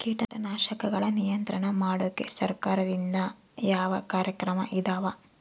ಕೇಟನಾಶಕಗಳ ನಿಯಂತ್ರಣ ಮಾಡೋಕೆ ಸರಕಾರದಿಂದ ಯಾವ ಕಾರ್ಯಕ್ರಮ ಇದಾವ?